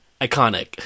iconic